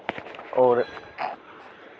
होर